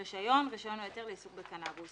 "רישיון" רישיון או היתר לעיסוק בקנבוס,